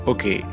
Okay